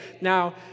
now